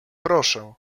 proszę